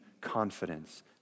confidence